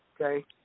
Okay